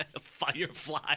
Firefly